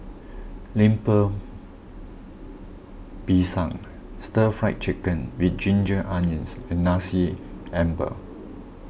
Lemper Pisang Stir Fried Chicken with Ginger Onions and Nasi Ambeng